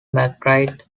mcbride